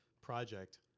project